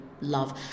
love